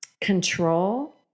control